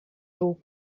był